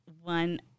one